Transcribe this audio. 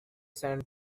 sand